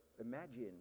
imagine